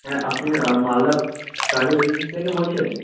হ্যাঁ আপনি Malda travel agency থেকে বলছেন